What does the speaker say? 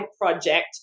project